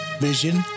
Vision